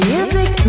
Music